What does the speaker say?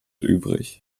übrig